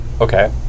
Okay